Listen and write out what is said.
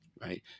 Right